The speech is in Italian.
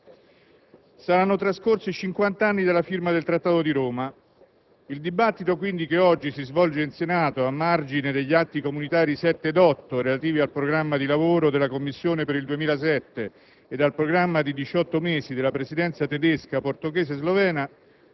Il prossimo 25 marzo, Presidente, tra appena 12 giorni, saranno trascorsi 50 anni dalla firma del Trattato di Roma. Il dibattito che oggi si svolge in Senato a margine degli Atti comunitari nn. 7 e 8, relativi al programma legislativo e di lavoro della Commissione per il 2007